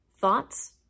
thoughts